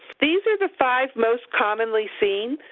these are the five most commonly seen.